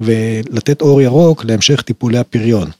‫ולתת אור ירוק להמשך טיפולי הפריון.